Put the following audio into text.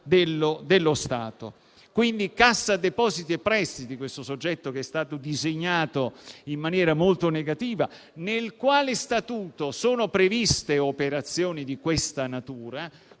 dello Stato. Cassa depositi e prestiti (un soggetto disegnato in maniera molto negativa, nel cui statuto sono previste operazioni di questa natura